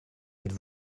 êtes